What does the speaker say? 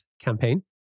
campaign